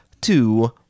two